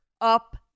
up